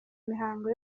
mihango